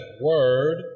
Word